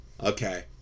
okay